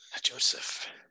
Joseph